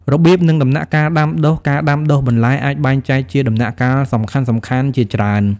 របៀប និងដំណាក់កាលដាំដុះការដាំដុះបន្លែអាចបែងចែកជាដំណាក់កាលសំខាន់ៗជាច្រើន។